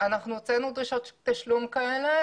אנחנו הוצאנו דרישות תשלום כאלה.